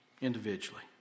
Individually